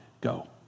go